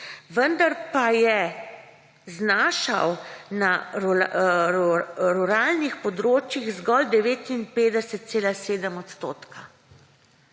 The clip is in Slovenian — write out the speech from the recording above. vendar pa je znašal na ruralnih območjih zgolj 59,7 odstotka.